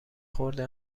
خورده